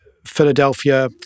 Philadelphia